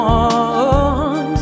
one